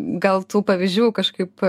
gal tų pavyzdžių kažkaip